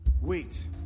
wait